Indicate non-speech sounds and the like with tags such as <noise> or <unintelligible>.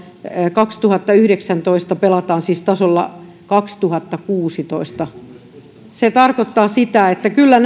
kaksituhattayhdeksäntoista palataan siis vuoden kaksituhattakuusitoista tasolle se tarkoittaa sitä että kyllä <unintelligible>